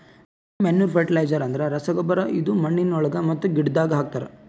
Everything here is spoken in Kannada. ಲಿಕ್ವಿಡ್ ಮ್ಯಾನೂರ್ ಫರ್ಟಿಲೈಜರ್ ಅಂದುರ್ ರಸಗೊಬ್ಬರ ಇದು ಮಣ್ಣಿನೊಳಗ ಮತ್ತ ಗಿಡದಾಗ್ ಹಾಕ್ತರ್